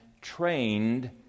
trained